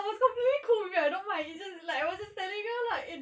I was completely I don't mind it's just like I just telling her